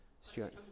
Stuart